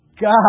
God